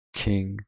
king